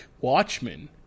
Watchmen